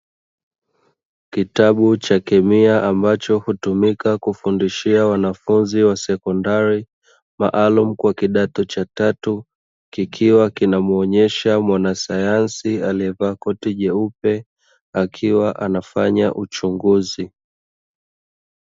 Kitabu cha kemia ambacho hutumika kufundishia wanafunzi wa sekondari maalumu kwa kidato cha tatu, kikiwa kinamuonyesha mwanasayansi aliyevaa koti jeupe akiwa anafanya uchunguzi.